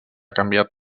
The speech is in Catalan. canviat